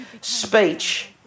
speech